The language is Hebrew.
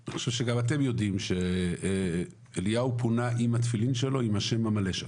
אני חושב שגם אתם יודעים שאליהו פונה עם התפילין שלו ועם השם המלא שלו.